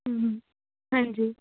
ਹੁੰ ਹਾਂਜੀ